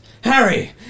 Harry